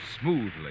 smoothly